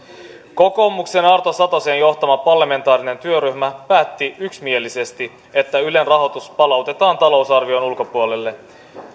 kokoomuksen arto satosen johtama parlamentaarinen työryhmä päätti yksimielisesti että ylen rahoitus palautetaan talousarvion ulkopuolelle